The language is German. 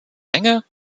länge